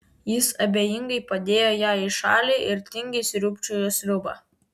jis abejingai padėjo ją į šalį ir tingiai sriūbčiojo sriubą